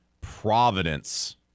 Providence